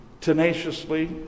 tenaciously